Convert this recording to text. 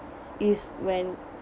is when